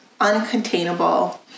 uncontainable